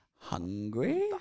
hungry